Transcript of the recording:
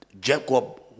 Jacob